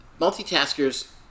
multitaskers